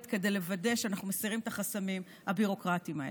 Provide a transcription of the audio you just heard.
כדי לוודא שאנחנו מסירים את החסמים הביורוקרטיים האלה.